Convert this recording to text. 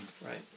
Right